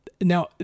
Now